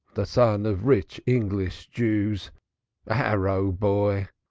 the son of rich english jews a harrow-boy,